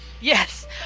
Yes